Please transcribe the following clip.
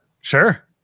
Sure